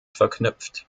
verknüpft